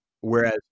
whereas